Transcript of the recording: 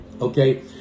okay